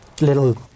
little